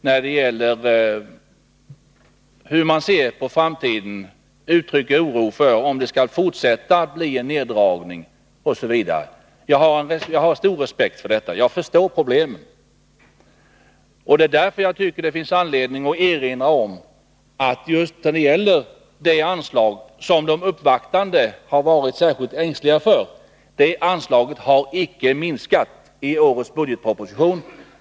När det gäller framtiden uttrycker man oro för om det skall bli en fortsatt neddragning osv. Jag har som sagt stor respekt för detta, och jag förstår problemen. Därför finns det anledning att erinra om att just det anslag som de uppvaktande har varit särskillt ängsliga för icke har minskat i årets budgetproposition.